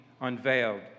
unveiled